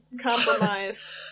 compromised